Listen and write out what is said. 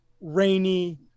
rainy